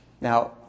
Now